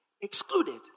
excluded